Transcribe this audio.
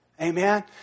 Amen